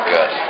Good